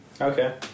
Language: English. Okay